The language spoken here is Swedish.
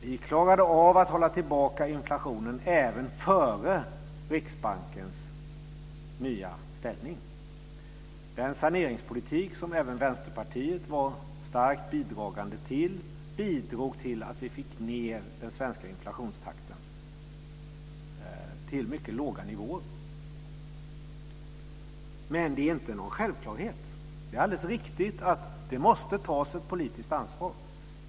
Vi klarade av att hålla tillbaka inflationen även före Riksbankens nya ställning. Den saneringspolitik som även Vänsterpartiet var starkt bidragande till bidrog till att vi fick ned den svenska inflationstakten till mycket låga nivåer. Men det är inte någon självklarhet. Det är alldeles riktigt att det måste tas ett politiskt ansvar.